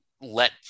let